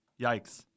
Yikes